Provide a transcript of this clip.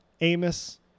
Amos